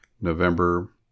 November